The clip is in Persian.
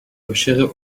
عاشق